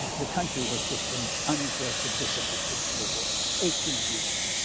the country has just been uninterested, disinterested in the war, eighteen years.